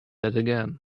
again